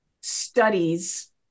studies